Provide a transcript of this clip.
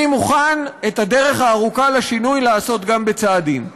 אני מוכן את הדרך הארוכה לשינוי לעשות גם בצעדים,